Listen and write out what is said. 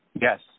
Yes